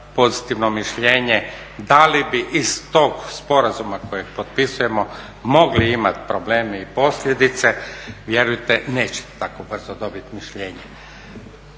pozitivno mišljenje da li bi iz tog sporazuma kojeg potpisujemo mogli imati problem i posljedice, vjerujte nećete tako brzo dobiti mišljenje.